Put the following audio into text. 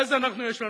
ואז יש לנו,